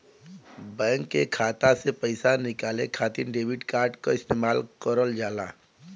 bank के खाता से पइसा निकाले खातिर डेबिट कार्ड क इस्तेमाल करल जाला